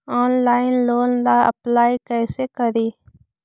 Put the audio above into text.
Online loan ला apply कैसे करी?